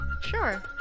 Sure